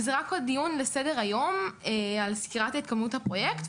וזה רק עוד דיון לסדר-היום על סקירת התקדמות הפרויקט,